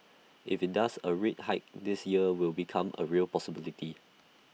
if IT does A rate hike this year will become A real possibility